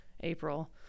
April